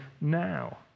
now